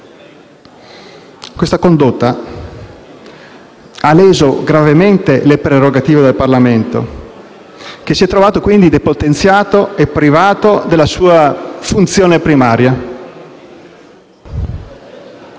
Questa condotta ha leso gravemente le prerogative del Parlamento, che si è trovato, quindi, depotenziato e privato della sua funzione primaria.